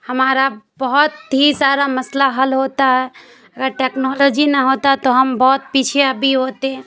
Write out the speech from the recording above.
ہمارا بہت ہی سارا مسئلہ حل ہوتا ہے اگر ٹیکنالوجی نہ ہوتا تو ہم بہت پیچھے اب بھی ہوتے ہیں